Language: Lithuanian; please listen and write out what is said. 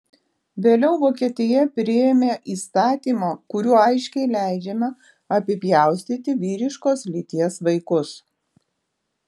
vėliau vokietija priėmė įstatymą kuriuo aiškiai leidžiama apipjaustyti vyriškos lyties vaikus